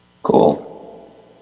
Cool